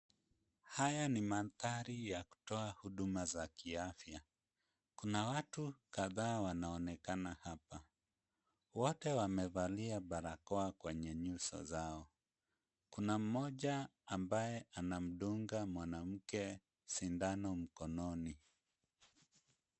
Haya ni maandhari ya kutoa huduma za kiafya. Kuna watu kadhaa wanaonekana hapa, wote wamevalia barakoa kwenye nyuso zao. Kuna mmoja ambaye anamdunga mwanamke sindano mkononi.